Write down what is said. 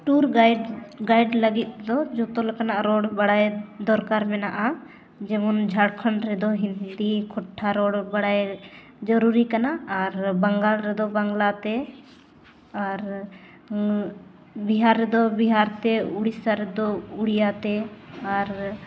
ᱞᱟᱹᱜᱤᱫ ᱫᱚ ᱡᱚᱛᱚ ᱞᱮᱠᱟᱱᱟᱜ ᱨᱚᱲ ᱵᱟᱲᱟᱭ ᱫᱚᱨᱠᱟᱨ ᱢᱮᱱᱟᱜᱼᱟ ᱡᱮᱢᱚᱱ ᱡᱷᱟᱲᱠᱷᱚᱸᱰ ᱨᱮᱫᱚ ᱦᱤᱱᱫᱤ ᱠᱷᱚᱴᱴᱷᱟ ᱨᱚᱲ ᱵᱟᱲᱟᱭ ᱡᱟᱹᱨᱩᱨᱤ ᱠᱟᱱᱟ ᱟᱨ ᱵᱟᱝᱜᱟᱞ ᱨᱮᱫᱚ ᱵᱟᱝᱞᱟ ᱛᱮ ᱟᱨ ᱵᱤᱦᱟᱨ ᱨᱮᱫᱚ ᱵᱤᱦᱟᱨᱤ ᱛᱮ ᱩᱲᱤᱥᱥᱟ ᱨᱮᱫᱚ ᱩᱲᱤᱭᱟ ᱛᱮ ᱟᱨ